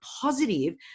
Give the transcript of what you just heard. positive